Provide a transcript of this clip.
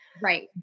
Right